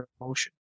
emotion